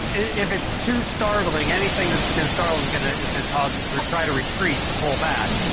if it's too startling, anything that's gonna startle they're gonna is gonna cause them to try to retreat, to pull back.